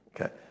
Okay